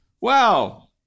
Wow